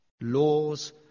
Laws